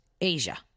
Asia